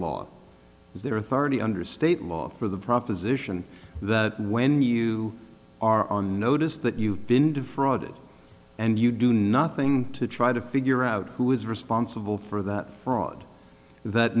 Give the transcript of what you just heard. law is there authority under state law for the proposition that when you are on notice that you've been defrauded and you do nothing to try to figure out who is responsible for that fraud that